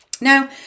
Now